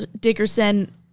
dickerson